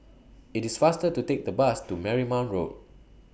IT IS faster to Take The Bus to Marymount Road